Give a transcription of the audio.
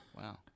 Wow